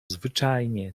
zwyczajne